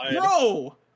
Bro